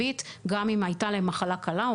מבחינת הקהילה שיש לה תפקיד מאוד משמעותי,